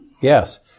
Yes